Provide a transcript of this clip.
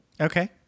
Okay